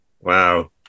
Wow